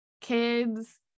kids